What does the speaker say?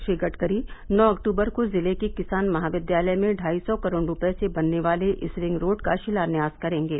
श्री गड़करी नौ अक्टूबर को जिले के किसान महाविद्यालय में ढ़ाई सौ करोड़ रूपये से बनने वाले इस रिंग रोड का शिलान्यास करेंगे